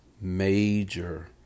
major